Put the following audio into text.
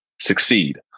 succeed